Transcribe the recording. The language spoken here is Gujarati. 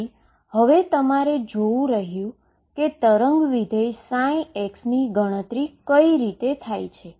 તેથી હવે તમારે જોવું રહ્યું કે વેવ ફંક્શન ψ ની ગણતરી કઈ રીતે થાય છે